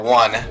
one